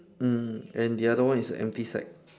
mm and the other one is an empty sack